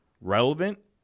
relevant